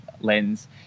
lens